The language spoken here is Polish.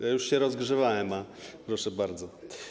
Ja już się rozgrzewałem, a proszę bardzo.